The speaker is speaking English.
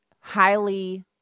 highly